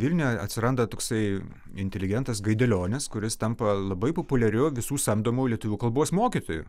vilniuje atsiranda toksai inteligentas gaidelionis kuris tampa labai populiariu visų samdomų lietuvių kalbos mokytoju